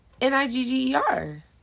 N-I-G-G-E-R